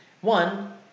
One